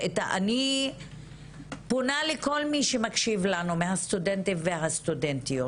ואני פונה לכל מי שמקשיב לנו מהסטודנטים והסטודנטיות